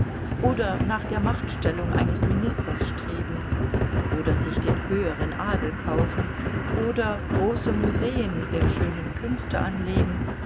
oder nach der machtstellung eines ministers streben oder sich den höheren adel kaufen oder große museen der schönen künste anlegen